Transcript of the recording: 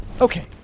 Okay